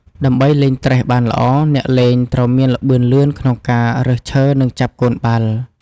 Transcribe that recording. ដើម្បីលេងត្រេះបានល្អ អ្នកលេងត្រូវមានល្បឿនលឿនក្នុងការរើសឈើ និងចាប់កូនបាល់។